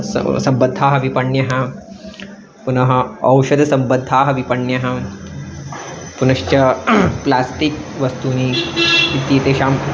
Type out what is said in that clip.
सह सम्बद्धाः विपण्यः पुनः औषधसम्बद्धाः विपण्यः पुनश्च प्लास्टिक् वस्तूनि इत्येतेषां